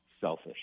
selfish